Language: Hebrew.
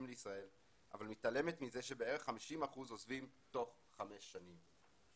לישראל אבל מתעלם מזה שבערך 50 אחוזים עוזבים תוך חמש שנים.